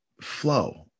flow